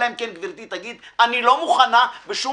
אלא אם כן גברת אתי בנדלר תגיד: אני לא מוכנה בשום